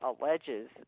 alleges